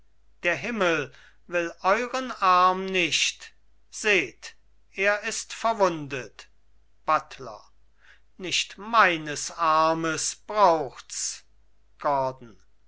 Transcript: der himmel will euren arm nicht seht er ist verwundet buttler nicht meines armes brauchts gordon